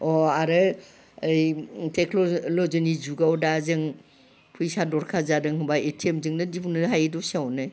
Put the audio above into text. अ आरो ओइ टेकन'ल'जिनि जुगाव दा जों फैसा दरखार जादों होनब्ला एटिएमजोंनो दिहुननो हायो दसेयावनो